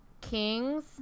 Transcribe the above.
Kings